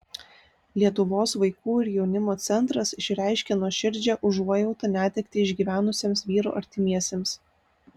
lietuvos vaikų ir jaunimo centras išreiškė nuoširdžią užuojautą netektį išgyvenusiems vyro artimiesiems